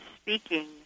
speaking